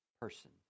person